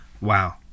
wow